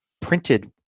printed